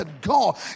God